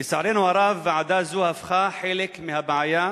לצערנו הרב, ועדה זו הפכה חלק מהבעיה,